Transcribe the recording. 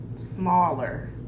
smaller